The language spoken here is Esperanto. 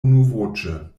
unuvoĉe